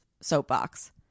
soapbox